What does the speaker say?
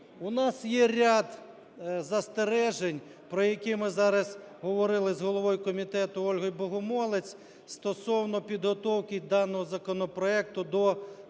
У нас є ряд застережень, про які ми зараз говорили з головою комітету Ольгою Богомолець, стосовно підготовки даного законопроекту до